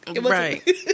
right